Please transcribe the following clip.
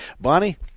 Bonnie